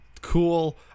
cool